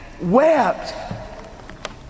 wept